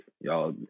Y'all